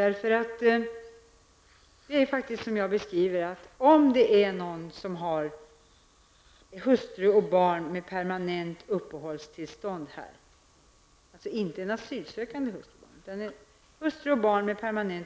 Det är faktiskt så som jag har beskrivit det i mitt svar: För den som har hustru och barn med permanent uppehållstillstånd här -- alltså inte en asylsökande med hustru och barn --